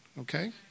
okay